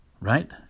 Right